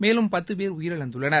மேலும் பத்து பேர் உயிரிழந்துள்ளனர்